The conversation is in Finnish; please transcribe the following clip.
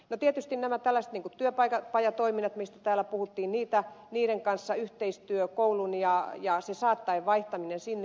no tietysti tärkeitä ovat tällaiset kuin työpajatoiminnat mistä täällä puhuttiin yhteistyö koulun ja niiden kanssa saattaen vaihtaminen sinne